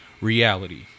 reality